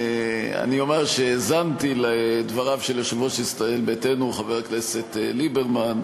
אני אומר שהאזנתי לדבריו של יושב-ראש ישראל ביתנו חבר הכנסת ליברמן,